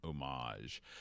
homage